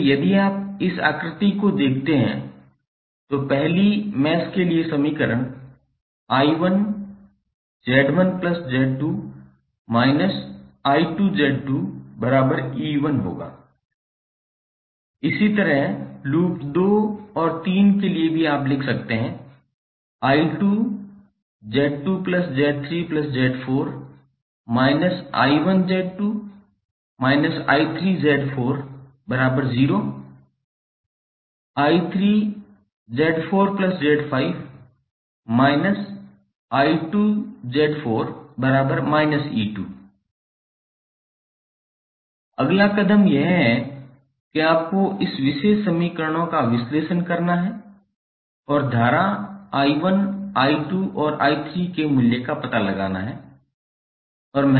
इसलिए यदि आप इस आकृति को देखते हैं तो पहली मैश के लिए समीकरण 𝐼1𝑍1𝑍2−𝐼2𝑍2𝐸1 होगा इसी तरह लूप दो और तीन के लिए आप लिख सकते हैं 𝐼2𝑍2𝑍3𝑍4−𝐼1𝑍2−𝐼3𝑍40 𝐼3𝑍4𝑍5−𝐼2𝑍4−𝐸2 अगला कदम यह है कि आपको इन विशेष समीकरणों का विश्लेषण करना है और धारा I1 I2 और I3 के मूल्य का पता लगाना है